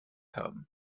haben